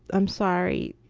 i'm sorry.